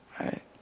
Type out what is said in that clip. right